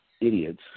Idiots